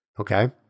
Okay